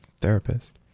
therapist